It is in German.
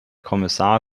kommissar